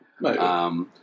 Right